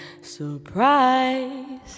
surprise